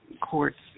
courts